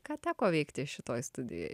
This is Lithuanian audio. ką teko veikti šitoj studijoj